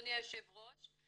אדוני היושב ראש,